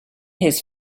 his